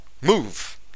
Move